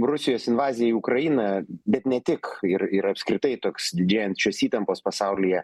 rusijos invazija į ukrainą bet ne tik ir ir apskritai toks didėjančios įtampos pasaulyje